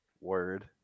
Word